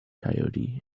coyote